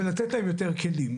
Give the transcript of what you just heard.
ולתת להם יותר כלים.